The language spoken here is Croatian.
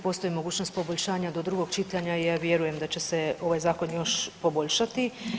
Postoji mogućnost poboljšanja do drugog čitanja i ja vjerujem da će se ovaj zakon još poboljšati.